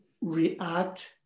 react